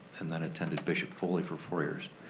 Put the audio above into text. and then attended bishop foley for four years.